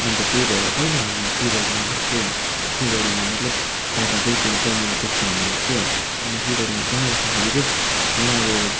अन्त त्यही भएर पहिला हामी सिलगढीमा बस्थ्यौँ सिलगढीमा मतलब पापा चाहिँ त्यहाँनिर पोस्टिङ हुनुभएको थियो अनि अन्त सिलगढीमा त्यहाँ बस्दाखेरि चाहिँ मलाई अब